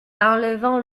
enlevant